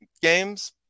games